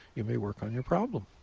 you may work on your problem.